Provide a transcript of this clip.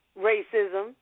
racism